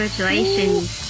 Congratulations